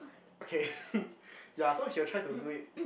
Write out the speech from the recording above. okay ya so he will try to do it